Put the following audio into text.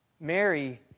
Mary